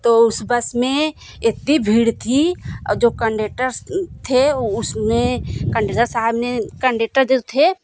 तो उस बस में इतनी भीड़ थी और जो कन्डेटर थे उसने कन्डेटर साहब ने कन्डेटर जो थे